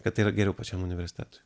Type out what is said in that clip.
kad tai yra geriau pačiam universitetui